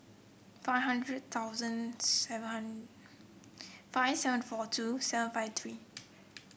five hundred thousand seven five seven four two seven five three